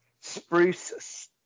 Spruce